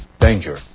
Danger